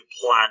plan